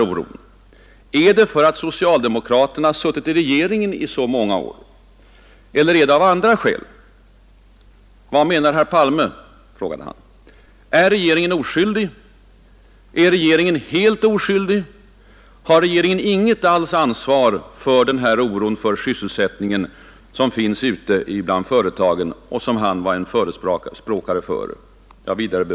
Jag vill påminna om folkpensionen.